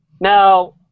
Now